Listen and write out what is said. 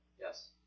Yes